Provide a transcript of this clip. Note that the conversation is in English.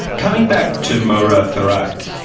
coming back to mohra ferak,